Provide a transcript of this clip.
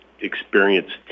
experienced